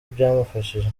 byamufashije